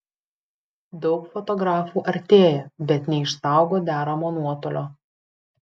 daug fotografų artėja bet neišsaugo deramo nuotolio